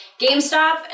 GameStop